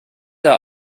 are